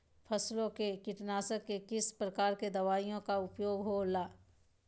फसलों के कीटनाशक के किस प्रकार के दवाइयों का उपयोग हो ला?